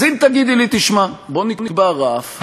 אז אם תגידי לי: תשמע, בוא נקבע רף,